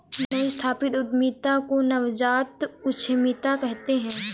नई स्थापित उद्यमिता को नवजात उद्दमिता कहते हैं